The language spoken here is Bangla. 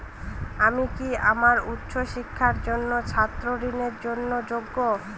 আমি কি আমার উচ্চ শিক্ষার জন্য ছাত্র ঋণের জন্য যোগ্য?